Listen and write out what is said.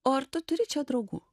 o ar tu turi čia draugų